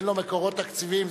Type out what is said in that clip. אין לו מקורות תקציביים.